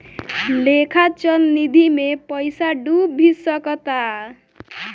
लेखा चल निधी मे पइसा डूब भी सकता